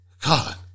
God